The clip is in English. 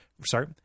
Sorry